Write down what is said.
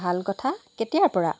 ভাল কথা কেতিয়াপৰা